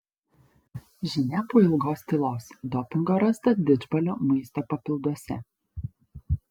žinia po ilgos tylos dopingo rasta didžbalio maisto papilduose